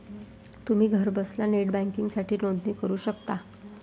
तुम्ही घरबसल्या नेट बँकिंगसाठी नोंदणी करू शकता